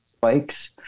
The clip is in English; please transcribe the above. bikes